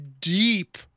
deep